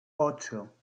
ocho